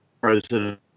president